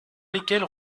lesquels